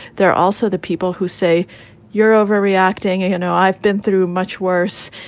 they're also the people who say you're overreacting. and you know, i've been through much worse,